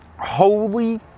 Holy